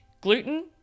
gluten